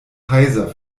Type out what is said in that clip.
heiser